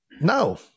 no